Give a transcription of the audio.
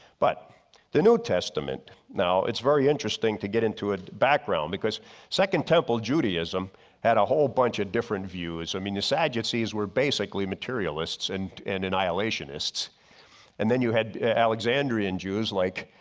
but the new testament, now it's very interesting to get into a background because second temple judaism had a whole bunch of different views. i mean the sadducee's were basically materialists and and annihilationist and then you had alexandria and jews like